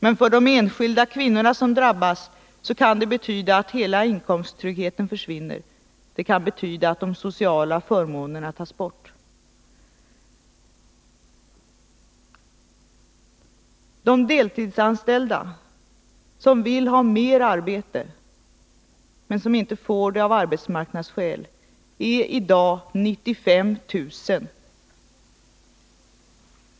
Men för de enskilda kvinnor som drabbas kan det betyda att hela inkomsttryggheten försvinner, att de sociala förmånerna tas bort. Antalet deltidsanställda som vill ha mer arbete men som inte får det av arbetsmarknadsskäl är i dag 95 000.